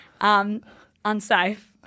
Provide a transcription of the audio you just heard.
unsafe